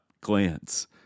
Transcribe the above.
glance